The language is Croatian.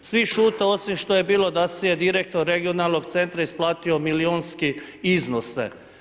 Svi šute osim što je bilo da di je direktor regionalnog centra isplazio milijunske iznose.